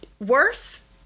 Worse